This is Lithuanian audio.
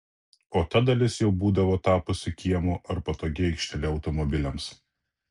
o ta dalis jau būdavo tapusi kiemu ar patogia aikštele automobiliams